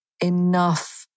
enough